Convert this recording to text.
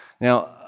Now